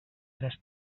tres